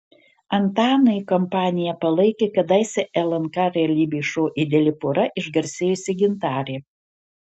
antanui kompaniją palaikė kadaise lnk realybės šou ideali pora išgarsėjusi gintarė